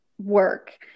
work